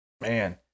man